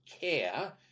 care